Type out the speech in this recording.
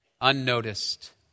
unnoticed